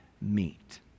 meet